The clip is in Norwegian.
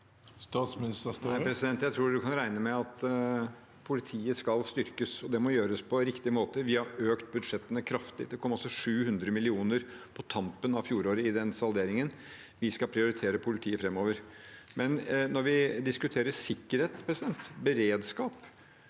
Jeg tror du kan regne med at politiet skal styrkes, og det må gjøres på riktig måte. Vi har økt budsjettene kraftig. Det kom altså 700 mill. kr i salderingen på tampen av fjoråret. Vi skal prioritere politiet framover. Men når vi diskuterer sikkerhet og beredskap,